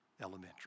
elementary